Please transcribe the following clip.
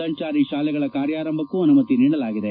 ಸಂಚಾರಿ ಶಾಲೆಗಳ ಕಾರ್ಯಾರಂಭಕ್ತೂ ಅನುಮತಿ ನೀಡಲಾಗಿದೆ